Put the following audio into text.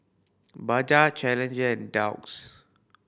Bajaj Challenger and Doux